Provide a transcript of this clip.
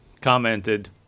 commented